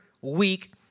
week